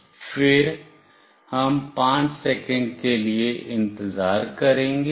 फिर हम 5 सेकंड के लिए इंतजार करेंगे